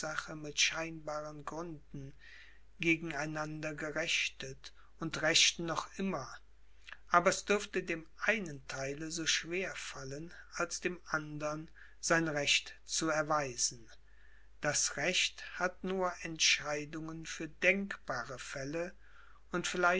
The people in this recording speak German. mit scheinbaren gründen gegen einander gerechtet und rechten noch immer aber es dürfte dem einen theile so schwer fallen als dem andern sein recht zu erweisen das recht hat nur entscheidungen für denkbare fälle und